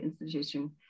institution